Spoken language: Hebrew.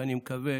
ואני מקווה